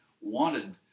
wanted